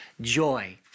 joy